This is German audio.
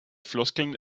floskeln